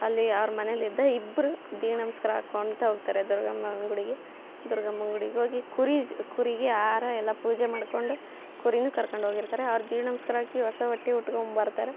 ಅಲ್ಲಿ ಅವ್ರು ಮನೆಲ್ಲಿಂದ ಇಬ್ಬರು ದೀನಮಸ್ಕಾರ ಹಾಕ್ಕೊಂತ ಹೋಗ್ತಾರೆ ದುರ್ಗಮ್ಮನ ಗುಡಿಗೆ ದುರ್ಗಮ್ಮನ ಗುಡಿಗೆ ಹೋಗಿ ಕುರೀ ಕುರಿಗೆ ಹಾರ ಎಲ್ಲ ಪೂಜೆ ಮಾಡಿಕೊಂಡು ಕುರೀನ ಕರ್ಕೊಂಡು ಹೋಗಿರ್ತಾರೆ ಅವ್ರು ದೀನಮ್ಸ್ಕಾರ ಹಾಕಿ ಹೊಸ ಬಟ್ಟೆ ಉಟ್ಕೊಂಡ್ಬರ್ತಾರೆ